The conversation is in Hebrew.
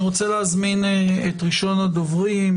אני רוצה להזמין את ראשון הדוברים,